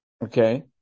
Okay